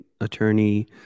attorney